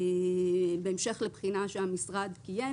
בהמשך לבחינה שהמשרד קיים,